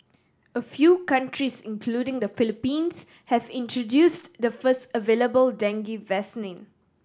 a few countries including the Philippines have introduced the first available dengue vaccine